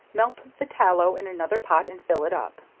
melt the tallow in another pot and fill it up,